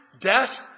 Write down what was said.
death